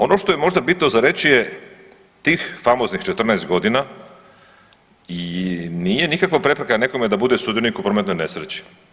Ono što je možda bitno za reći je tih famoznih 14 godina i nije nikakva prepreka nekome da bude sudionik u prometnoj nesreći.